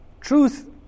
truth